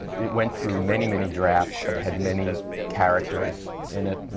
it went through many, many drafts that had many characters in it,